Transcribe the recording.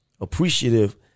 appreciative